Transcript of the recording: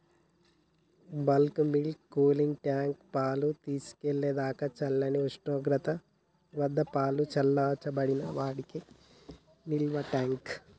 bulk milk cooling tank, పాలు తీసుకెళ్ళేదాకా చల్లని ఉష్ణోగ్రత వద్దపాలు చల్లబర్చడానికి వాడే నిల్వట్యాంక్